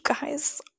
guys